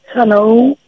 Hello